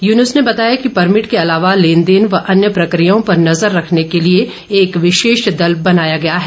यून्स ने बताया कि परमिट के अलावा लेन देन व अन्य प्रक्रियाओं पर नज़र रखने के लिए एक विशेष दल बनाया गया है